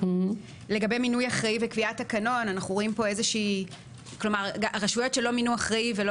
לגבי מינוי אחראי וקביעת תקנון הרשויות שלא מינו אחראי ולא